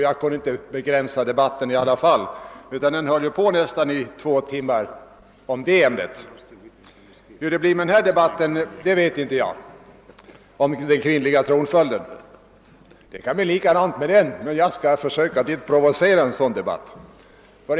Jag lyckades inte begränsa diskussionen i alla fall, utan debatten om det ämnet höll ju på i nästan två timmar. Hur det blir med denna debatt om den kvinnliga tronföljden vet jag inte. Det kan bli likadant med den, men jag skall försöka att inte provocera en lika lång debatt.